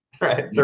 Right